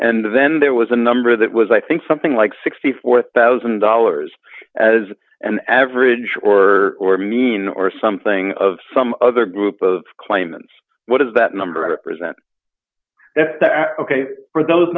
and then there was a number that was i think something like sixty four thousand dollars as an average or or mean or something of some other group of claimants what is that number represents if for those